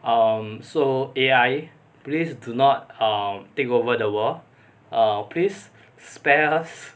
um so A_I please do not um take over the world err please spare us